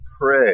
pray